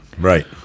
Right